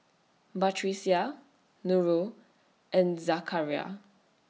Batrisya Nurul and Zakaria